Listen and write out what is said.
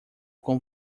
com